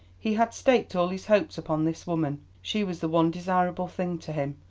he had staked all his hopes upon this woman. she was the one desirable thing to him,